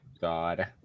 god